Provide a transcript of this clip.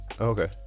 Okay